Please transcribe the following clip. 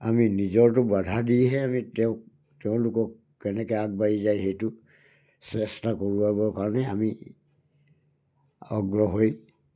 আমি নিজৰটোক বাধা দিহে আমি তেওঁক তেওঁলোকক কেনেকৈ আগবাঢ়ি যায় সেইটো চেষ্টা কৰোৱাবৰ কাৰণে আমি অগ্ৰহ হৈ